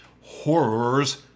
horrors